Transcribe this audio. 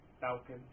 Falcon